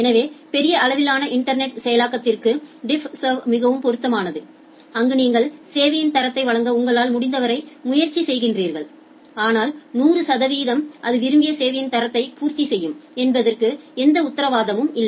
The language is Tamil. எனவே பெரிய அளவிலான இன்டர்நெட் செயலாக்கத்திற்கு டிஃப் சர்வ் அா்கிடெக்சா் மிகவும் பொருத்தமானது அங்கு நீங்கள் சேவையின் தரத்தை வழங்க உங்களால் முடிந்தவரை முயற்சி செய்கிறீர்கள் ஆனால் 100 சதவீதம் அது விரும்பிய சேவையின் தரத்தை பூர்த்தி செய்யும் என்பதற்கு எந்த உத்தரவாதமும் இல்லை